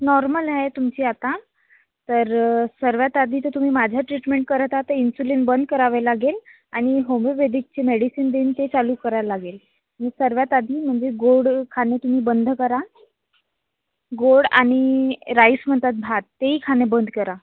normal आहे तुमची आता तर सर्वात आधी तर तुम्ही माझ्या ट्रीटमेंट करत आहात तर इंसुलिन बंद करावे लागेल आणि होमियोपॅथिकची मेडिसिन देईन ते चालू करा लागेल आणि सर्वात आधी म्हणजे गोड खाणे तुम्ही बंद करा गोड आणि राइस म्हणतात भात तेही खाणे बंद करा